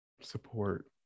support